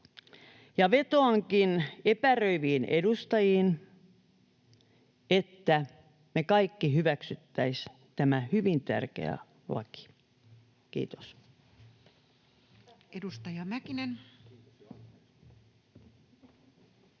Vetoankin epäröiviin edustajiin, että me kaikki hyväksyisimme tämän hyvin tärkeän lain. — Kiitos.